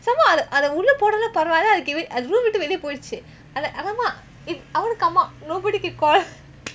somemore அத அந்த உள்ள போனாலும் பரவாயில்லை அது:athe antha ulleh ponaalum paravaaillai athu room விட்டு வெளிய போயிருச்சு:vittu veliya poyiruchu I like !alamak! I want to come out nobody can call